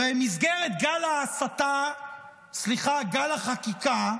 ובמסגרת גל ההסתה, סליחה, גל החקיקה,